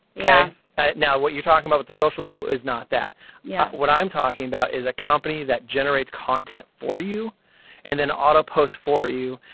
yeah ah now what you're talking about with the social tool is not that yeah what i'm talking about is a company that generates content for you and then auto-post for you.